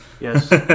Yes